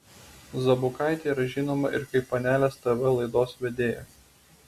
zabukaitė yra žinoma ir kaip panelės tv laidos vedėja